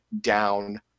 down